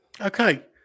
Okay